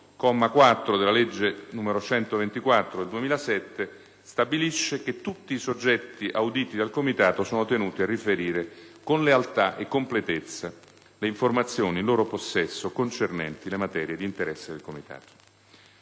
comma 4, della legge n. 124 del 2007 stabilisce che tutti i soggetti auditi dal Comitato sono tenuti a riferire con lealtà e completezza le informazioni in loro possesso concernenti le materie d'interesse del Comitato